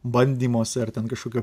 bandymosi ar ten kažkokio